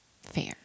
fair